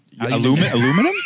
Aluminum